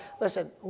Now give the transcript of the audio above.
Listen